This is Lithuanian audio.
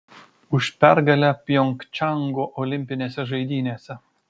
už pergalę pjongčango olimpinėse žaidynėse